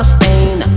Spain